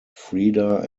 freda